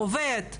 עובד,